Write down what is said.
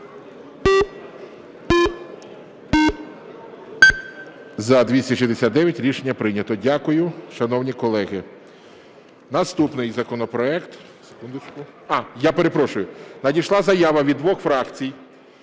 За-269 Рішення прийнято. Дякую, шановні колеги. Наступний законопроект. Я перепрошую. Надійшла заява від двох фракцій,